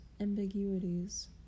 ambiguities